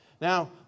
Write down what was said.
Now